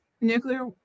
nuclear